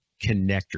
connector